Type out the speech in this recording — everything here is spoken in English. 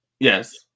Yes